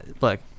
Look